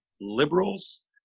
liberals